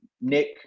Nick